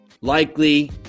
likely